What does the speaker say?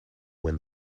win